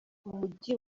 umujyi